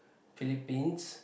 Philippines